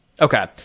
Okay